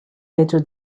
better